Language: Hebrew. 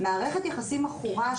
מערכת יחסים עכורה,